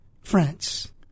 France